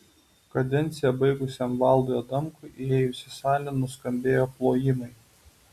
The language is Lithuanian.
kadenciją baigusiam valdui adamkui įėjus į salę nuskambėjo plojimai